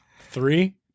Three